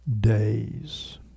days